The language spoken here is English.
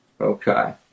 Okay